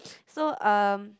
so um